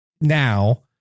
now